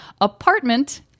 apartment